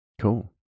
Cool